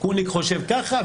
קוניק חושב ככה,